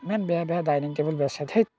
ইমান বেয়া বেয়া ডাইনিং টেবুল বেচে থেইৎ